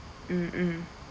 mm mm